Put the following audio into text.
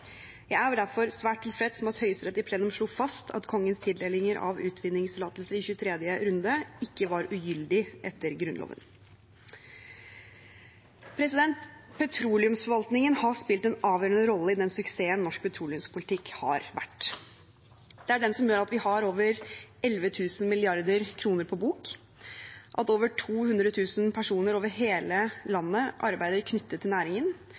Jeg er derfor svært tilfreds med at Høyesterett i plenum slo fast at Kongens tildelinger av utvinningstillatelser i 23. konsesjonsrunde ikke var ugyldig etter Grunnloven. Petroleumsforvaltningen har spilt en avgjørende rolle i den suksessen norsk petroleumspolitikk har vært. Det er den som gjør at vi har over 11 000 mrd. kr på bok, at over 200 000 personer over hele landet arbeider knyttet til næringen,